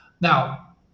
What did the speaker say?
Now